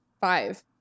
Five